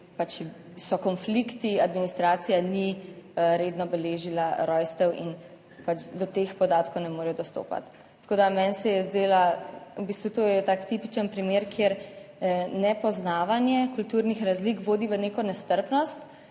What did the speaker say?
pač so konflikti, administracija ni redno beležila rojstev in pač do teh podatkov ne morejo dostopati. Tako da meni se je zdela, v bistvu, to je tak tipičen primer, kjer nepoznavanje kulturnih razlik vodi v neko nestrpnost,